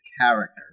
character